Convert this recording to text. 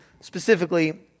specifically